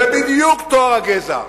זה בדיוק טוהר הגזע.